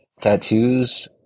tattoos